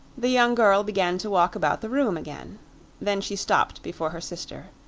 the young girl began to walk about the room again then she stopped before her sister.